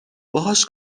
باهاش